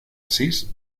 asís